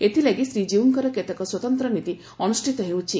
ଏଥଲାଗି ଶ୍ରୀଜୀଉଙ୍କର କେତେକ ସ୍ୱତନ୍ତ ନୀତି ଅନୁଷିତ ହେଉଛି